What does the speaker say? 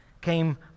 came